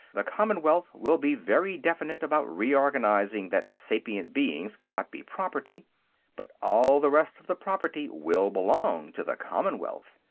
the commonwealth will be very definite about recognizing that sapient beings cannot be property but all the rest of the property will belong to the commonwealth.